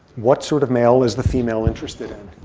what sort of male is the female interested in?